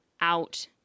out